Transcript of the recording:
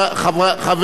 בבקשה, אדוני.